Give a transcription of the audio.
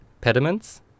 pediments